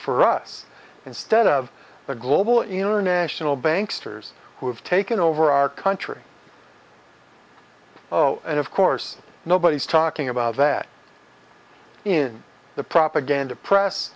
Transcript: for us instead of the global international banks traitors who have taken over our country oh and of course nobody's talking about that in the propaganda press